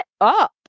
up